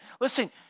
Listen